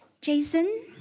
Jason